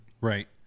right